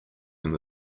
him